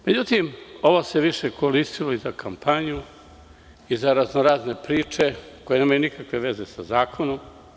Međutim, ovo se više koristilo i za kampanju, za raznorazne priče koje nemaju nikakve veze sa zakonom.